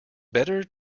better